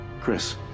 chris